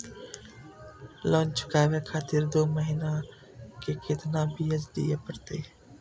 Loan चुकाबे खातिर दो महीना के केतना ब्याज दिये परतें?